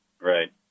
Right